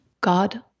God